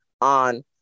on